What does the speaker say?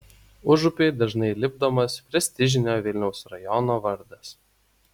užupiui dažnai lipdomas prestižinio vilniaus rajono vardas